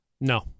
No